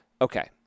okay